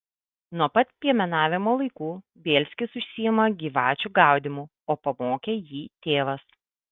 nuo pat piemenavimo laikų bielskis užsiima gyvačių gaudymu o pamokė jį tėvas